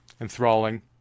enthralling